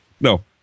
No